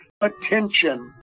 attention